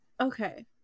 Okay